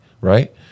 right